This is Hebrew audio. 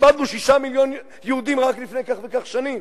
כשאיבדנו שישה מיליון יהודים רק לפני כך וכך שנים.